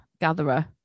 gatherer